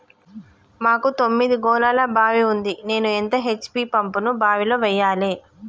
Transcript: మాకు తొమ్మిది గోళాల బావి ఉంది నేను ఎంత హెచ్.పి పంపును బావిలో వెయ్యాలే?